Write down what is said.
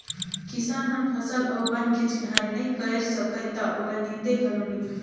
किसान मन फसल अउ बन के चिन्हारी नई कयर सकय त ओला नींदे घलो नई